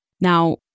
Now